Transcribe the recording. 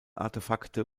artefakte